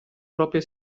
proprie